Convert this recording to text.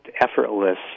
effortless